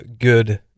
good